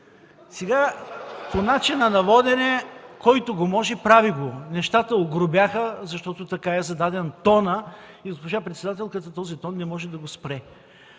Сега – по начина на водене: който го може, прави го! Нещата огрубяха, защото така е зададен тонът и госпожа председателката този тон не може да го спре.